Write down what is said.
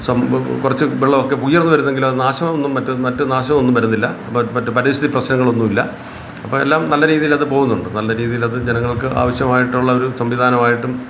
some ബ് കുറച്ച് വെള്ളം ഒക്കെ ഉയർന്നു വരുന്നെങ്കിലും അത് മറ്റ് നാശമൊന്നും മറ്റ് മറ്റ് നാശമൊന്നും വരുന്നില്ല മറ്റ് പരിസ്ഥിതി പ്രശ്നങ്ങൾ ഒന്നും ഇല്ല അപ്പം എല്ലാം നല്ല രീതിയിലത് പോകുന്നുണ്ട് നല്ല രീതിയിലത് ജനങ്ങൾക്ക് ആവശ്യമായിട്ടുള്ള ഒരു സംവിധാനമായിട്ടും